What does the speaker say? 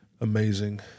Amazing